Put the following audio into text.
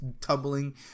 tumbling